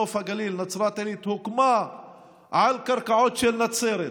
נוף הגליל: נצרת עילית הוקמה על קרקעות של נצרת,